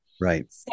Right